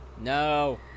No